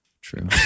true